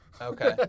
Okay